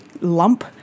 lump